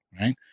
Right